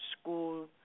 school